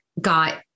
got